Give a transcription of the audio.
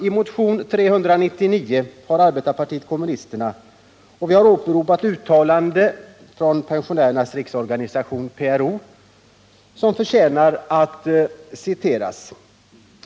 I motionen 399 har arbetarpartiet kommunisterna åberopat uttalanden från Pensionärernas riksorganisation, PRO, som förtjänar att citeras.